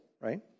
right